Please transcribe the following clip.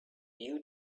you